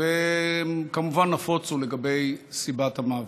וכמובן נפוצו שמועות לגבי סיבת המוות.